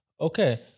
Okay